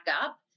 up